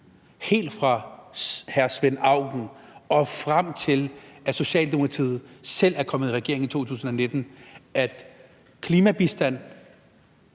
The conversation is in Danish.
helt fra hr. Svend Auken og frem til, at Socialdemokratiet selv er kommet i regering i 2019, at klimabistanden